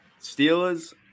Steelers